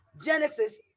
genesis